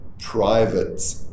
private